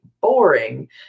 boring